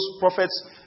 prophets